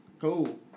cool